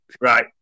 Right